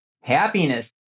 happiness